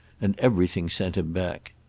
and everything sent him back.